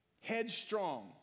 headstrong